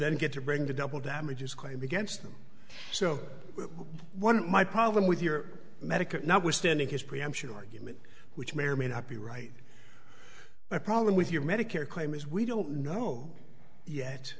then get to bring to double damages claim against them so what my problem with your medicare now we're standing is preemption argument which may or may not be right problem with your medicare claim is we don't know yet